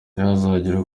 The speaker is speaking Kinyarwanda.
ntihazagire